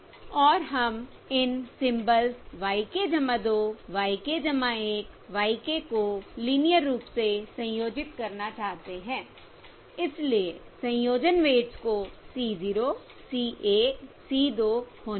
और हम इन symbols y k 2 y k 1 y k को लीनियर रूप से संयोजित करना चाहते हैं इसलिए संयोजन वेट्स को C 0 C 1 C 2 होने दें